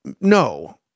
No